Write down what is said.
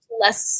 less